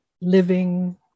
living